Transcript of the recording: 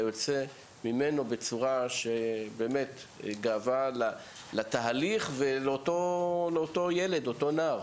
יוצא ממנו בצורה שהיא גאווה לתהליך ולאותו נער.